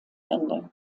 ende